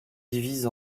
divise